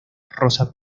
rosa